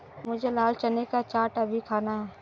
मुझे लाल चने का चाट अभी खाना है